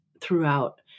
throughout